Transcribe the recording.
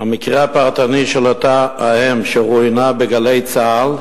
המקרה הפרטני של אותה אם שרואיינה ב"גלי צה"ל"